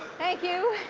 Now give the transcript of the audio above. thank you.